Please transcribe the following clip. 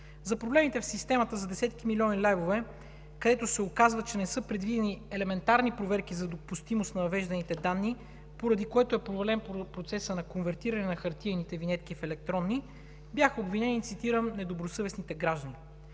За проблемите в системата за десетки милиони левове, където се оказва, че не са предвидени елементарни проверки за допустимост на въвежданите данни, поради което е провален процесът на конвертиране на хартиените винетки в електронни, бяха обвинени, цитирам: „недобросъвестните граждани“.